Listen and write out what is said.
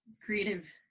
creative